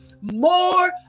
more